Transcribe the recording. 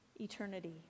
eternity